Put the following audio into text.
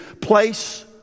place